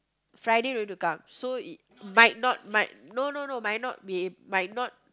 Friday don't need to come so i~ might not might no no no might not be might not